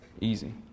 Easy